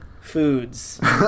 foods